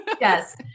Yes